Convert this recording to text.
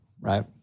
right